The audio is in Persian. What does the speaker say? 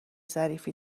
ظریفی